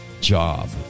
job